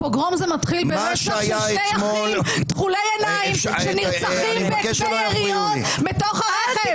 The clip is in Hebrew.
פוגרום מתחיל ברצח של שני אחים תכולי עיניים שנרצחים ביריות בתוך הרכב.